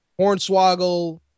Hornswoggle